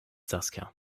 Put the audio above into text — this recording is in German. saskia